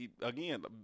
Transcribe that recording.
again